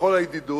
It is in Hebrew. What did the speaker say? בכל הידידות,